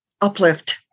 uplift